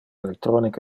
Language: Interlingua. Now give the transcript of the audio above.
electronic